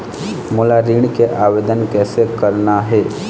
मोला ऋण के आवेदन कैसे करना हे?